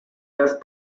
las